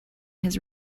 his